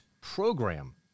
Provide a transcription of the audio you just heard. program